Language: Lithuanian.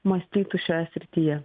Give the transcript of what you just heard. mąstytų šioje srityje